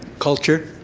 culture.